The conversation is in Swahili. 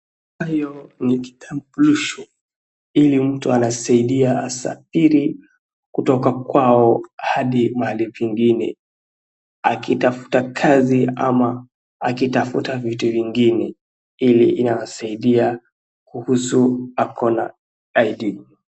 Hayo ni kitambulisho, ili mtu anasaidia hasa ili kutoka kwao hadi mahali kwingine akitafuta kazi ama akitafuta vitu vingine. Hili linasaidia kuhusu ako na ID .